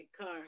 car